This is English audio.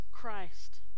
Christ